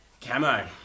Camo